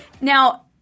Now